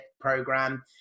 program